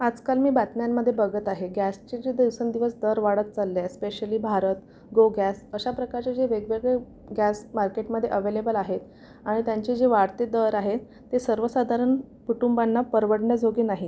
आजकाल मी बातम्यांमध्ये बघत आहे गॅसचे जे दिवसेंदिवस दर वाढत चालले आहेत स्पेशली भारत गो गॅस अशा प्रकारचे जे वेगवेगळे गॅस मार्केटमधे अव्हेलेबल आहे आणि त्यांचे जे वाढते दर आहेत ते सर्वसाधारण कुटुंबांना परवडण्याजोगे नाहीत